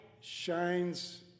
shines